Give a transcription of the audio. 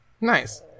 nice